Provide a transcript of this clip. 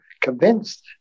convinced